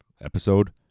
episode